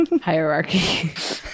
hierarchy